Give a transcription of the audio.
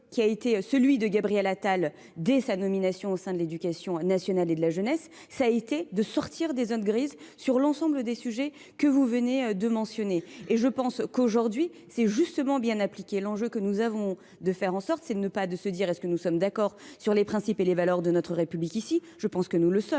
qui a été celui de Gabriel Attal dès sa nomination au sein de l'Éducation nationale et de la jeunesse, ça a été de sortir des zones grises sur l'ensemble des sujets que vous venez de mentionner. Et je pense qu'aujourd'hui, c'est justement bien appliquer l'enjeu que nous avons de faire en sorte. Ce n'est pas de se dire est-ce que nous sommes d'accord sur les principes et les valeurs de notre République ici. Je pense que nous le sommes.